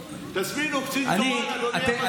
תזמינו קצין תורן, אדוני המזכיר.